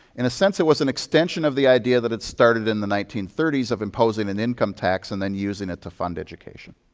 in a sense, it was an extension of the idea that had started in the nineteen thirty s of imposing an income tax and then using it to fund education.